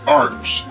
arts